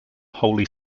holy